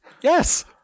Yes